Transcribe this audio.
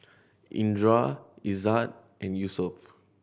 Indra Izzat and Yusuf